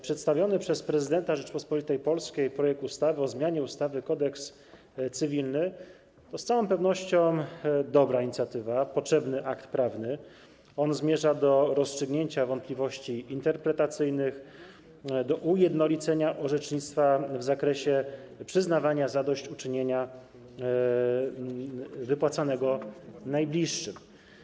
Przedstawiony przez prezydenta Rzeczypospolitej Polskiej projekt ustawy o zmianie ustawy - Kodeks cywilny to z całą pewnością dobra inicjatywa, potrzebny akt prawny, który zmierza do rozstrzygnięcia wątpliwości interpretacyjnych, do ujednolicenia orzecznictwa w zakresie przyznawania zadośćuczynienia wypłacanego najbliższym.